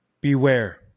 beware